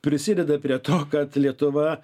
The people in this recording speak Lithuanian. prisideda prie to kad lietuva